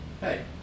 Hey